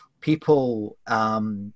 people